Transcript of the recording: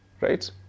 Right